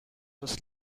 was